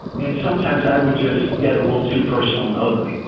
and sometimes i would just get a little too personal and ugly,